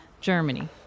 Germany